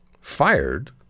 fired